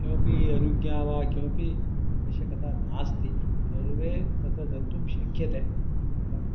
किमपि अनुज्ञा वा किमपि आवश्यकता नास्ति सर्वे तत्र गन्तुं शक्यते तत्र